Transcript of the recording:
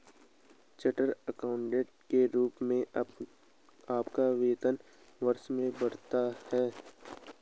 chartered accountant के रूप में आपका वेतन वर्षों में बढ़ता है